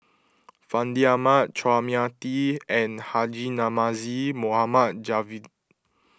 Fandi Ahmad Chua Mia Tee and Haji Namazie Mohammad Javad